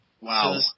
Wow